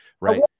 Right